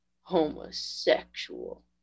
homosexual